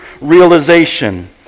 realization